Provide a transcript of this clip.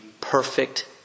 perfect